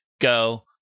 Go